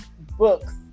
books